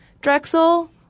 Drexel